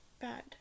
bad